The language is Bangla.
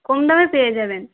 কম দামে পেয়ে যাবেন